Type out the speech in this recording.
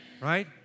Right